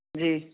جی